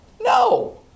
No